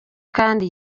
kandi